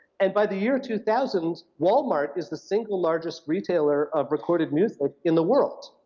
and by the year two thousand, walmart is the single largest retailer of recorded music in the world.